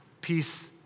peace